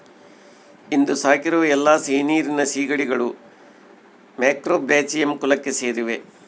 ಇಂದು ಸಾಕಿರುವ ಎಲ್ಲಾ ಸಿಹಿನೀರಿನ ಸೀಗಡಿಗಳು ಮ್ಯಾಕ್ರೋಬ್ರಾಚಿಯಂ ಕುಲಕ್ಕೆ ಸೇರಿವೆ